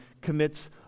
commits